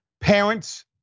Parents